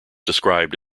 described